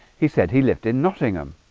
he said he lived in nottingham,